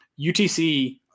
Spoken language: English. UTC